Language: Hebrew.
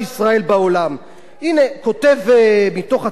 הנה, מתוך אתר האינטרנט של שגרירות ישראל בלונדון: